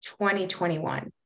2021